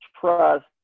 trust